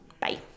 Bye